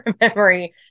memory